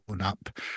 up